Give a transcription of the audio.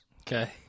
Okay